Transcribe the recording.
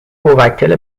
موکل